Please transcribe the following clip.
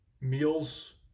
meals